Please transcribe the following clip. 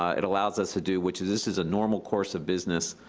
it allows us to do, which this is a normal course of business,